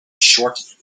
short